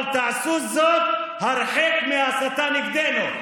אבל תעשו זאת הרחק מההסתה נגדנו.